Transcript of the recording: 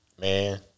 Man